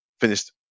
finished